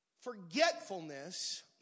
Forgetfulness